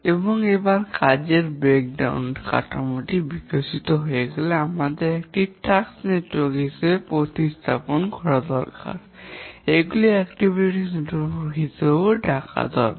এবং একবার কাজের ব্রেকডাউন কাঠামোটি বিকশিত হয়ে গেলে আমাদের এগুলিকে একটি টাস্ক নেটওয়ার্কে উপস্থাপন করা দরকার এগুলি কার্যক্রম নেটওয়ার্ক হিসাবেও ডাকা হয়